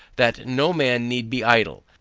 that no man need be idle.